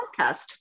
podcast